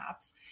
apps